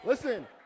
Listen